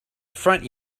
front